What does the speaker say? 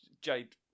Jade